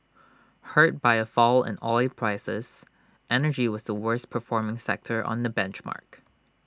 hurt by A fall in oil prices energy was the worst performing sector on the benchmark